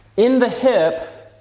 in the hip,